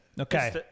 Okay